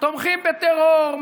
תומכים בטרור,